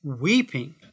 weeping